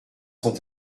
sont